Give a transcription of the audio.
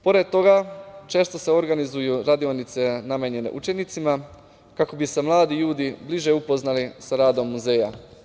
Pored toga, često se organizuju radionice namenjene učenicima kako bi se mladi ljudi bliže upoznali sa radom muzeja.